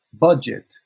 budget